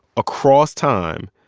across time,